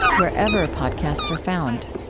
wherever podcasts are found